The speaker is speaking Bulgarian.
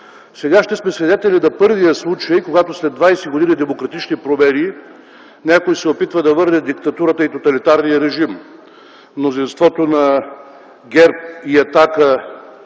Сега ще сме свидетели на първия случай, когато след двадесет години демократични промени някой се опитва да върне диктатурата и тоталитарния режим –мнозинството на ГЕРБ и „Атака”,